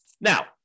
Now